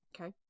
okay